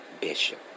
Bishop